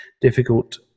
difficult